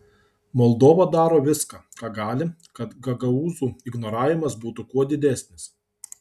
moldova daro viską ką gali kad gagaūzų ignoravimas būtų kuo didesnis